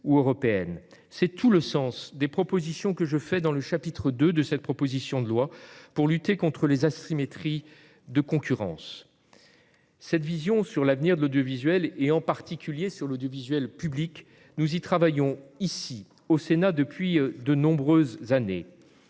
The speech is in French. C'est tout le sens des propositions que je formule dans le chapitre II de ce texte, afin de lutter contre les asymétries de concurrence. Cette vision sur l'avenir de l'audiovisuel, en particulier public, nous y travaillons ici, au Sénat, depuis de nombreuses années.